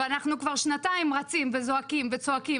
ואנחנו כבר שנתיים רצים וזועקים וצועקים